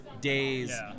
days